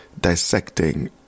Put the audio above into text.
dissecting